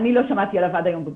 אני לא שמעתי עליו עד הבוקר.